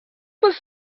was